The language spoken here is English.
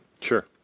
Sure